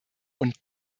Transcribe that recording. und